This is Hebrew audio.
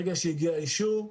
ברגע שהגיע האישור,